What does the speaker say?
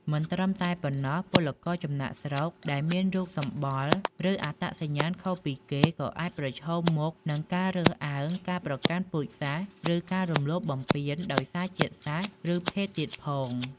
មិនត្រឹមតែប៉ុណ្ណោះ ពលករចំណាកស្រុកដែលមានរូបសម្បុរ ឬអត្តសញ្ញាណខុសពីគេ ក៏អាចប្រឈមមុខនឹងការរើសអើង ការប្រកាន់ពូជសាសន៍ ឬការរំលោភបំពានដោយសារជាតិសាសន៍ ឬភេទទៀតផង។